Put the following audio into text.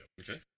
Okay